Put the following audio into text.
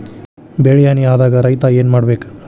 ಬೆಳಿ ಹಾನಿ ಆದಾಗ ರೈತ್ರ ಏನ್ ಮಾಡ್ಬೇಕ್?